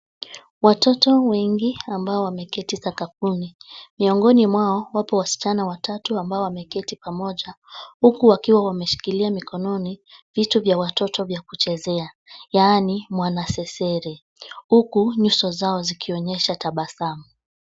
Watoto wengi ambao wameketi sakafuni. Miongoni mwao, wapo wasichana watatu ambao wameketi pamoja, huku wakiwa wameshikilia mikononi, vitu vya watoto vya kuchezea, yaani mwanaserere, huku, nyuso zao zikionyesha tabasamu.